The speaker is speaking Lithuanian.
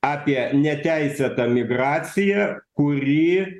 apie neteisėtą migraciją kuri